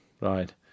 right